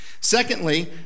Secondly